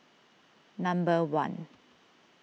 number one